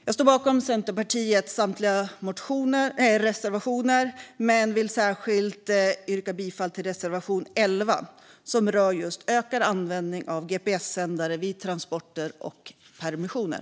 Jag står bakom Centerpartiets samtliga reservationer men vill yrka bifall endast till reservation 11, som rör just ökad användning av gps-sändare vid transporter och permissioner.